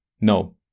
No